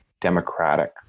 democratic